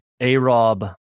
A-Rob